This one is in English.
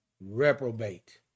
Reprobate